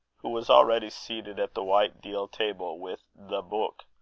who was already seated at the white deal table with the beuk,